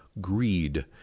greed